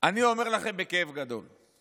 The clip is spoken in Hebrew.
אני אומר לכם בכאב גדול,